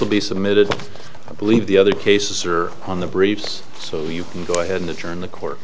will be submitted i believe the other cases are on the briefs so you go ahead and turn the court